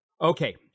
Okay